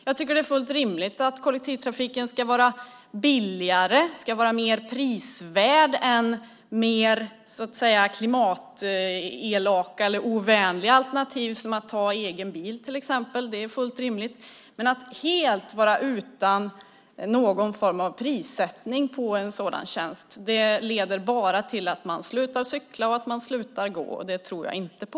Jag tycker att det är fullt rimligt att kollektivtrafiken ska vara billigare, mer prisvärd, än mer klimatovänliga alternativ som att ta egen bil till exempel. Det är fullt rimligt. Men att helt vara utan någon form av prissättning på en sådan tjänst leder bara till att man slutar cykla och gå, och det tror jag inte på.